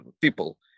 people